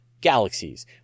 galaxies